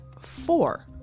four